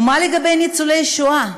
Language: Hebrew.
ומה לגבי ניצולי שואה?